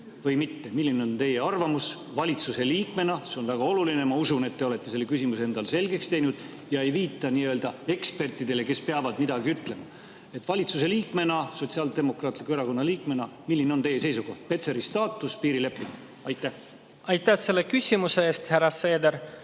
või mitte? Milline on teie arvamus valitsuse liikmena? See on väga oluline. Ma usun, et te olete selle küsimuse endale selgeks teinud ega viita ekspertidele, kes peavad midagi ütlema. Valitsuse liikmena, Sotsiaaldemokraatliku Erakonna liikmena, milline on teie seisukoht – Petseri staatus, piirileping? Aitäh selle küsimuse eest, härra Seeder!